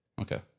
Okay